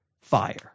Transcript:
fire